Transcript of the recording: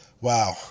Wow